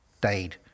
died